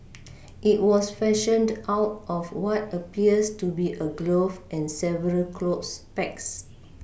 it was fashioned out of what appears to be a glove and several clothes pegs